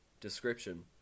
Description